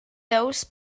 those